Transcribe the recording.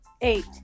eight